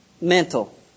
mental